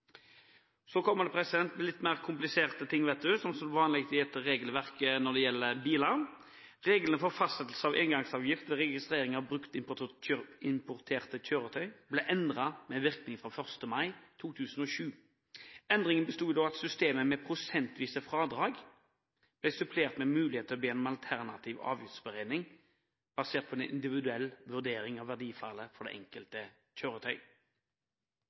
Så kommer litt mer kompliserte ting, som vanlig er i et regelverk når det gjelder biler: Reglene for fastsettelse av engangsavgift ved registrering av bruktimporterte kjøretøyer ble endret med virkning fra 1. mai 2007. Endringen besto i at systemet med prosentvise fradrag ble supplert med mulighet til å be om alternativ avgiftsberegning, basert på en individuell vurdering av verdifallet for det enkelte kjøretøy.